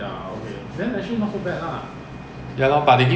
the equivalent in malaysia is the road charge R_C